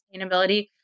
sustainability